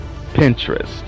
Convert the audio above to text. Pinterest